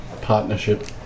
partnership